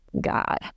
God